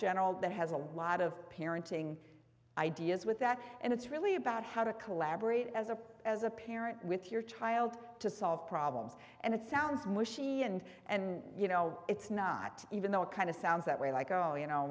general that has a lot of parenting ideas with that and it's really about how to collaborate as a as a parent with your child to solve problems and it sounds mushy and and you know it's not even though it kind of sounds that way like oh you know